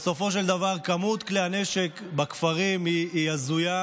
בסופו של דבר, כמות כלי הנשק בכפרים היא הזויה.